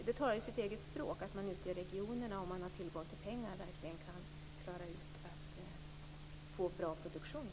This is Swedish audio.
Det talar för att man verkligen kan få till stånd en bra produktion, om man får tillgång till pengar ute i regionerna.